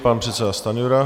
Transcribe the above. Pan předseda Stanjura.